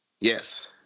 Yes